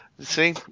See